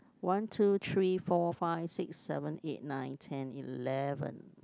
one two three four five six seven eight nine ten eleven